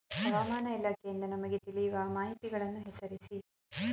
ಹವಾಮಾನ ಇಲಾಖೆಯಿಂದ ನಮಗೆ ತಿಳಿಯುವ ಮಾಹಿತಿಗಳನ್ನು ಹೆಸರಿಸಿ?